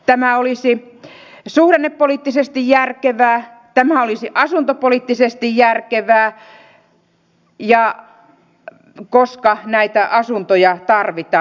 tämä olisi suhdannepoliittisesti järkevää tämä olisi asuntopoliittisesti järkevää koska näitä asuntoja tarvitaan